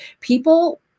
people